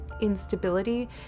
instability